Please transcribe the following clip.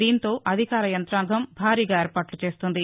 దీంతో అధికార యంత్రాంగం భారీగా ఏర్పాట్ల చేస్తోంది